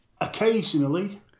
Occasionally